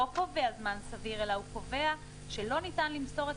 החוק לא קובע זמן סביר אלא קובע שכשלא ניתן למסור את